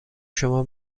شما